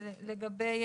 לגבי